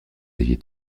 aviez